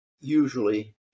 usually